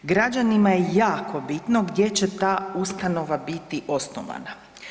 Građanima je jako bitno gdje će ta ustanova biti osnovana.